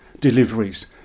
deliveries